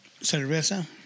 cerveza